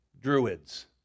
druids